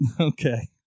Okay